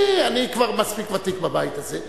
אני כבר מספיק ותיק בבית הזה.